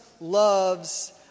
loves